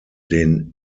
den